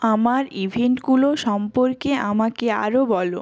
আমার ইভেন্টগুলো সম্পর্কে আমাকে আরো বলো